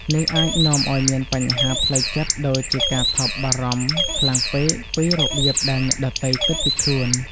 នេះអាចនាំឲ្យមានបញ្ហាផ្លូវចិត្តដូចជាការថប់បារម្ភខ្លាំងពេកពីរបៀបដែលអ្នកដទៃគិតពីខ្លួន។